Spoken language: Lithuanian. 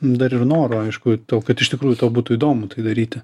dar ir noro aišku to kad iš tikrųjų tau būtų įdomu tai daryti